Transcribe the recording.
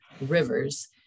rivers